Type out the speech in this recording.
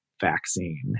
vaccine